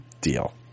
deal